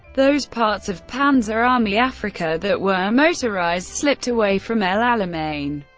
those parts of panzerarmee africa that were motorized slipped away from el alamein,